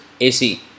AC